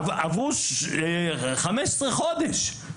עברו 15 חודשים.